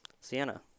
Sienna